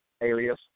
alias